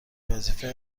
وظیفه